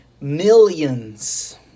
millions –